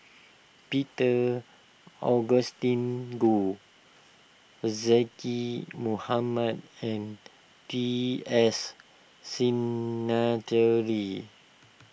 Peter Augustine Goh Zaqy Mohamad and T S Sinnathuray